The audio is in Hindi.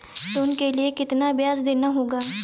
लोन के लिए कितना ब्याज देना होगा?